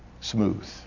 smooth